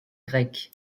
grecque